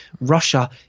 Russia